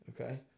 Okay